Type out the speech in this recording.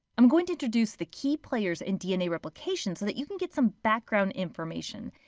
i'm going to introduce the key players in dna replication so that you can get some background information.